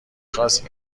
خواست